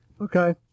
Okay